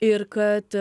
ir kad